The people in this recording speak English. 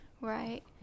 right